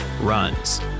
runs